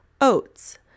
oats